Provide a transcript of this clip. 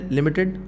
Limited